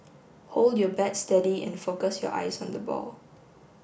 hold your bat steady and focus your eyes on the ball